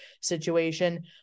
situation